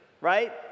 Right